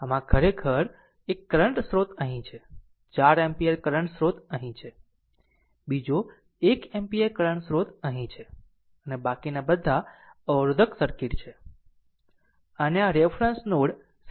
આમ આ ખરેખર એક કરંટ સ્રોત અહીં છે 4 એમ્પીયર કરંટ સ્રોત અહીં છે બીજો 1 એમ્પીયર કરંટ સ્રોત અહીં છે અને બાકીના બધા અવરોધક સર્કિટ છે અને આ રેફરન્સ નોડ સંભવિત 0 છે